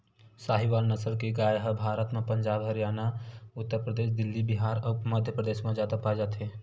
साहीवाल नसल के गाय ह भारत म पंजाब, हरयाना, उत्तर परदेस, दिल्ली, बिहार अउ मध्यपरदेस म जादा पाए जाथे